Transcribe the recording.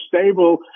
stable